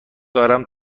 دارم